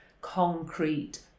concrete